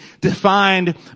defined